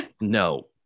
No